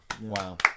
Wow